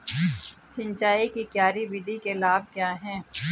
सिंचाई की क्यारी विधि के लाभ क्या हैं?